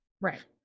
Right